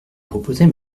proposez